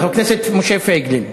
חבר הכנסת משה פייגלין.